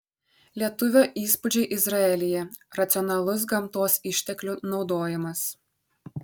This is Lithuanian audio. lietuvio įspūdžiai izraelyje racionalus gamtos išteklių naudojimas